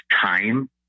time